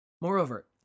Moreover